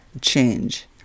change